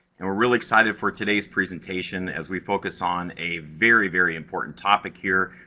and we're really excited for today's presentation, as we focus on a very, very important topic here,